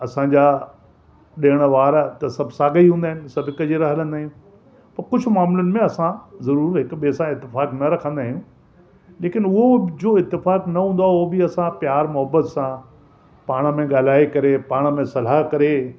असांजा ॾिण वार त सभु साॻिया ई हूंदा आहिनि सभु हिकु जहिड़ा हलंदा आहिनि पर कुझु मामलनि में असां ज़रूरु हिक ॿिए सां इतिफ़ाकु न रखंदा आहियूं लेकिन उहो जो इतिफ़ाकु न हूंदो आहे उहो बि असां प्यार मोहब्बत सां पाण में ॻाल्हाए करे पाण में सलाहु करे